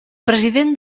president